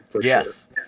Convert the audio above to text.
Yes